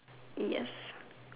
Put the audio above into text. yes